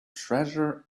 treasure